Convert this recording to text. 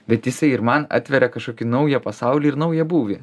bet jisai ir man atveria kažkokį naują pasaulį ir naują būvį